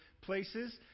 places